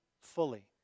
fully